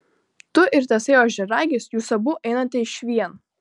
tu ir tasai ožiaragis jūs abu einate išvien